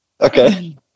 Okay